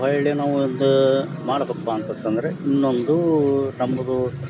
ಹೊಳ್ಳೆ ನಾವು ಒಂದು ಮಾಡ್ಬಕಪ್ಪ ಅಂತಂತಂದರೆ ಇನ್ನೊಂದು ನಮ್ಮದು